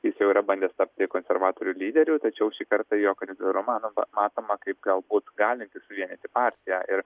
jis jau yra bandęs tapti konservatorių lyderiu tačiau šį kartą jo kandidatūra manoma matoma kaip galbūt galinti suvienyti partiją ir